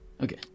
Okay